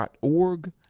.org